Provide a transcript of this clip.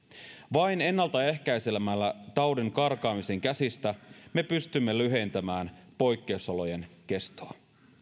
vain ennaltaehkäisemällä taudin karkaamisen käsistä me pystymme lyhentämään poikkeusolojen kestoa